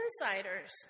insiders